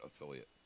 affiliate